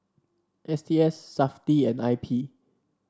S T S Safti and I P